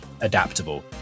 adaptable